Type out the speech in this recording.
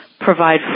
provide